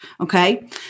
Okay